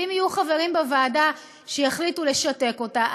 ואם יהיו חברים בוועדה שיחליטו לשתק אותה,